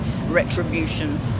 retribution